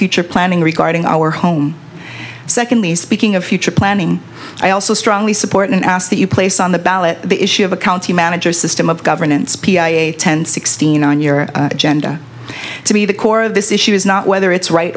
future planning regarding our home secondly speaking of future planning i also strongly support and ask that you place on the ballot the issue of a county manager system of governance p i a ten sixteen on your agenda to be the core of this issue is not whether it's right